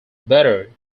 better